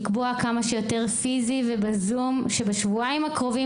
לקבוע כמה שיותר פיזי ובזום בשבועיים הקרובים,